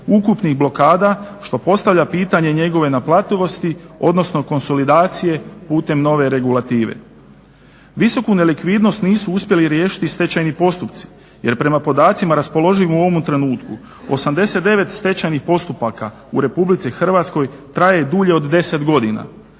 ukupnih blokada što postavlja pitanje njegove naplativosti, odnosno konsolidacije putem nove regulative. Visoku nelikvidnost nisu uspjeli riješiti stečajni postupci jer prema podacima raspoloživim u ovom trenutku 89 stečajnih postupaka u RH traje dulje od 10 godina,